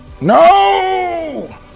No